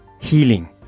healing